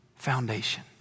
foundation